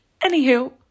Anywho